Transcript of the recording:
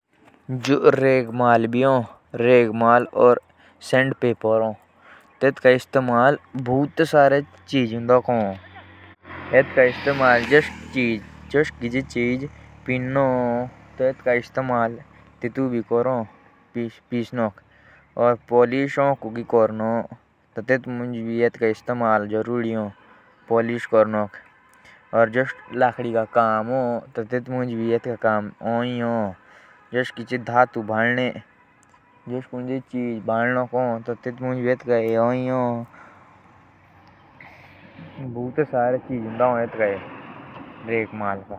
जो रगमार भी हो तेटका काम कोतुई चिजक पोलिस कोरोणू से आगे रोगाड़णोक। और लकड़ी के चिजोक पोलिस कोर्णोक और घिसणाक करो।